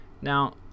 Now